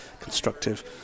constructive